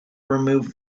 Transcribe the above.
remove